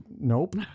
Nope